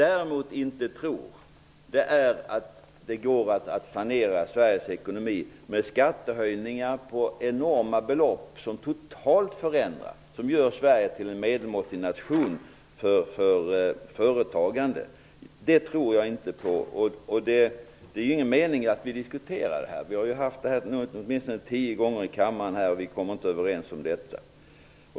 Däremot tror jag inte att det går att sanera Sveriges ekonomi med skattehöjningar på enorma belopp som gör Sverige till en medelmåttig nation för företagande. Det är ingen mening med att vi diskuterar det här. Vi har debatterat detta åtminstone tio gånger i kammaren, och vi kommer inte överens.